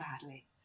badly